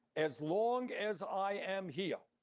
as long as i am here,